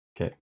Okay